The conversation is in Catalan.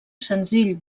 senzill